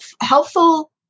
helpful